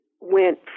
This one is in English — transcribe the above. went